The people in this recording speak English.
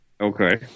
Okay